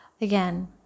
again